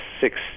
six